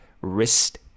Wrist